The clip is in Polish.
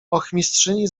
ochmistrzyni